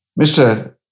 Mr